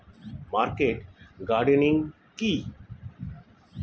Market gardening কি?